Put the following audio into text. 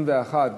21,